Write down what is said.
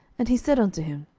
and he said unto him,